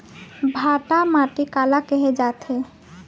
भांटा माटी काला कहे जाथे?